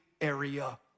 area